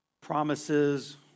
promises